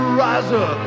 riser